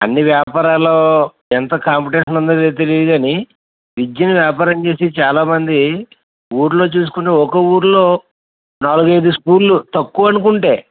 అన్ని వ్యాపారాలలో ఎంత కాంపిటీషన్ ఉందో తెలియదు కానీ విద్యని వ్యాపారం చేసి చాలా మంది ఊళ్ళో చూసుకుంటే ఒక్క ఊళ్ళో నాలుగు ఐదు స్కూళ్ళు తక్కువ అనుకుంటే